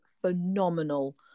phenomenal